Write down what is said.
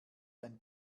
ein